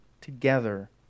together